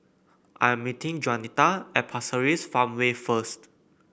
I am meeting Juanita at Pasir Ris Farmway first